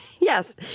Yes